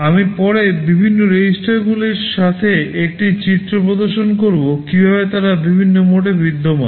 আমি পরে বিভিন্ন REGISTERগুলির সাথে একটি চিত্র প্রদর্শন করব কীভাবে তারা বিভিন্ন মোডে বিদ্যমান